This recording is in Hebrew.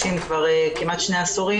עשורים,